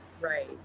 right